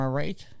right